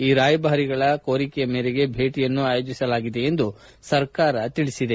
ಈ ರಾಯಭಾರಿಗಳ ಕೋರಿಕೆಯ ಮೇರೆಗೆ ಭೇಟಿಯನ್ನು ಆಯೋಜಿಸಲಾಗಿದೆ ಎಂದು ಸರ್ಕಾರ ತಿಳಿಸಿದೆ